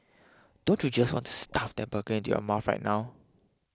don't you just want to stuff that burger into your mouth right now